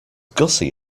gussie